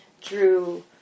drew